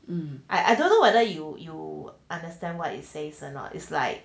um I I don't know whether you you understand what it says or not is like